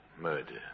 Murder